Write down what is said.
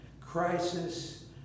crisis